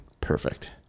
perfect